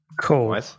Cool